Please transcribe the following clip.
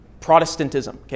Protestantism